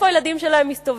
איפה הילדים שלהם מסתובבים.